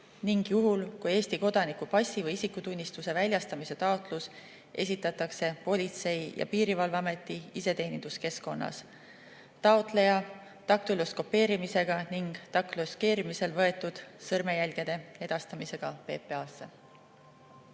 ning juhul, kui Eesti kodaniku passi või isikutunnistuse väljaandmise taotlus esitatakse Politsei- ja Piirivalveameti iseteeninduskeskkonnas, taotleja daktüloskopeerimisega ning daktüloskopeerimisel võetud sõrmejälgede edastamisega PPA‑le.